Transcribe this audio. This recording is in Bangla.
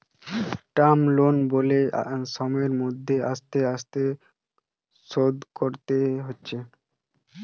টার্ম লোন বলে সময় মত আস্তে আস্তে শোধ করতে হচ্ছে